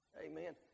Amen